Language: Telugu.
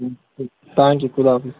థ్యాంక్ యు ఖుదా హఫీజ్